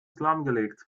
lahmgelegt